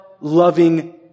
loving